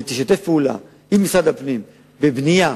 ותשתף פעולה עם משרד הפנים בבנייה,